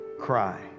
cry